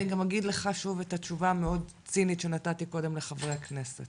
אני גם אגיד לך שוב את התשובה המאוד צינית שנתתי קודם לחברי הכנסת.